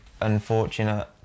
unfortunate